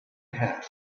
had